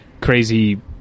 crazy